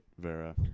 Vera